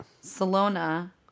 Salona